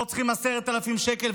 פה צריכים 10,000 שקל,